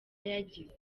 yagize